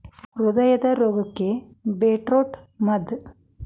ಹೃದಯದ ರೋಗಕ್ಕ ಬೇಟ್ರೂಟ ಮದ್ದ